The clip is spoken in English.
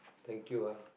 thank you ah